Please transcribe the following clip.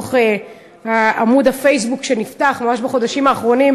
מתוך עמוד פייסבוק שנפתח ממש בחודשים האחרונים,